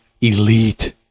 Elite